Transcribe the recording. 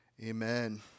Amen